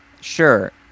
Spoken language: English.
sure